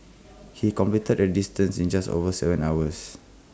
he completed the distance in just over Seven hours